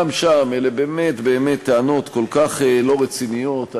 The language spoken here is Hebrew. גם שם אלה באמת באמת טענות כל כך לא רציניות,